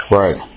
right